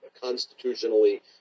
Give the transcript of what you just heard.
constitutionally